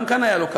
גם כאן היה לא קל.